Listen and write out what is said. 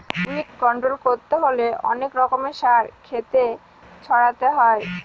weed control করতে হলে অনেক রকমের সার ক্ষেতে ছড়াতে হয়